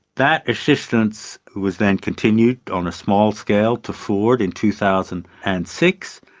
that assistance was then continued on a small scale to ford in two thousand and six,